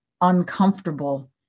uncomfortable